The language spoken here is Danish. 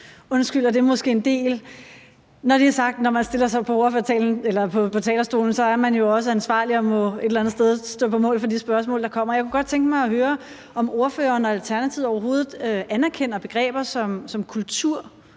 undskylder det måske en del. Når det er sagt, vil jeg sige, at når man stiller sig på talerstolen, er man jo også ansvarlig og et eller andet sted må stå på mål for de spørgsmål, der kommer. Jeg kunne godt tænke mig høre, om ordføreren og Alternativet overhovedet anerkender begreber som kultur